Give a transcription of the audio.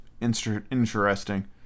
Interesting